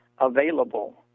available